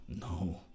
No